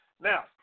Now